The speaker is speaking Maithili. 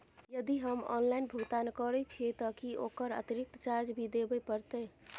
यदि हम ऑनलाइन भुगतान करे छिये त की ओकर अतिरिक्त चार्ज भी देबे परतै?